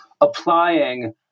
applying